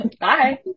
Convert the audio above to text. Bye